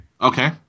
Okay